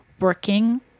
working